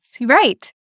right